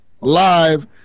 live